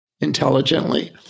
intelligently